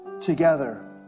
together